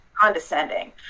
condescending